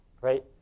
right